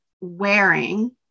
wearing